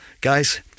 guys